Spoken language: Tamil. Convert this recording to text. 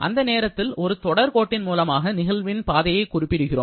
அந்த நேரத்தில் ஒரு தொடர் கோட்டின் மூலமாக நிகழ்வின் பாதையை குறிப்பிடுகிறோம்